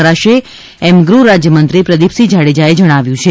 કરાશે એમ ગૃહ રાજ્યમંત્રી પ્રદિપસિંહ જાડેજાએ જણાવ્યું છે